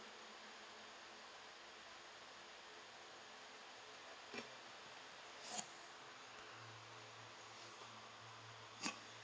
okay